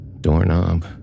Doorknob